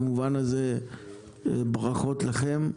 במובן הזה ברכות לכם.